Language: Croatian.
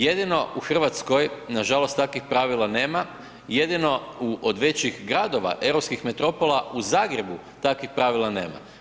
Jedino u Hrvatskoj, nažalost takvih pravila nema, jedino od većih gradova europskih metropola u Zagrebu takvih pravila nema.